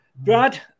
Brad